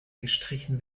gestrichen